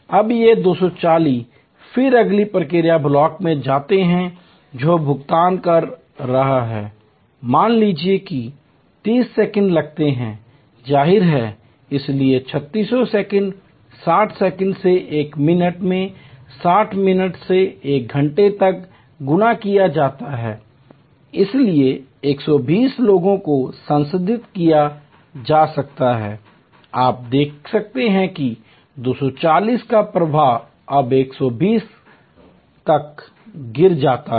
अब ये 240 लोग फिर अगली प्रक्रिया ब्लॉक में जाते हैं जो भुगतान कर रहा है मान लीजिए कि 30 सेकंड लगते हैं जाहिर है इसलिए 3600 सेकंड 60 सेकंड से एक मिनट में 60 मिनट से एक घंटे तक गुणा किया जाता है इसलिए 120 लोगों को संसाधित किया जा सकता है आप देख सकते हैं कि 240 का प्रवाह अब 120 तक गिर जाता है